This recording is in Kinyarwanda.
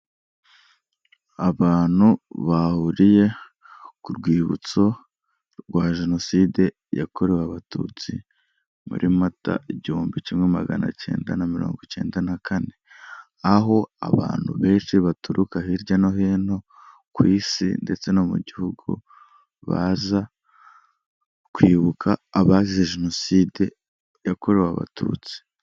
Abantu bahuriye ku rwibutso rwa Jenoside yakorewe Abatutsi muri mata igihumbi kimwe magana cyenda na mirongo icyenda na kane, aho abantu benshi baturuka hirya no hino ku isi ndetse no mu gihugu baza kwibuka abazize Jenoside yakorewe Abatutsi.